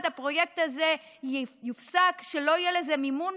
הפרויקט הזה יופסק ולא יהיה לזה מימון.